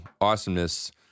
awesomeness